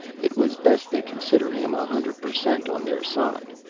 it was best they consider him a hundred per cent on their side.